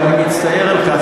ואני מצטער על כך,